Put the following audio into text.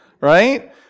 right